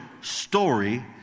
story